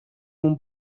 اون